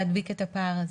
להדביק את הפער הזה.